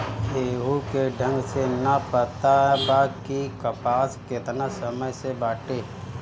केहू के ढंग से ना पता बा कि कपास केतना समय से बाटे